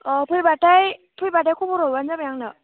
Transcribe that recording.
औ फैबाथाय खबर हरबानो जाबाय आंनो